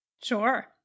Sure